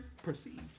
Perceived